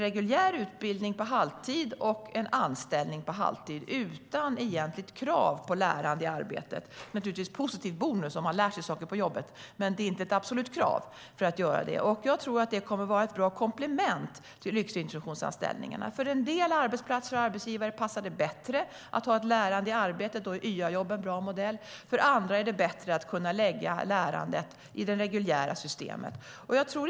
Reguljär utbildning på halvtid och en anställning på halvtid utan egentligt krav på lärande i arbetet - det är naturligtvis en positiv bonus om man lär sig saker på jobbet, men det är inte ett absolut krav - tror jag kommer att vara ett bra komplement till yrkesintroduktionsanställningarna. För en del arbetsplatser och arbetsgivare passar det bättre att ha ett lärande i arbetet, och då är YA-jobben en bra modell. För andra är det bättre att kunna lägga lärandet i det reguljära systemet.